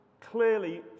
clearly